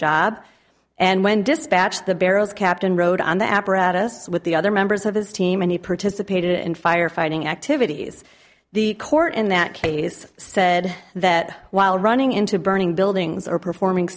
job and when dispatch the barrels captain rode on the apparatus with the other members of his team and he participated in firefighting activities the court in that case said that while running into burning buildings or performing